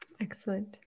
Excellent